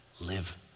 live